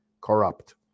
Corrupt